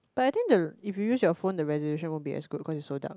but I think the if you use your phone the resolution won't be as good because it's so dark